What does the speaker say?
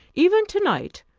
even to-night,